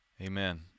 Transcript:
Amen